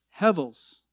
hevels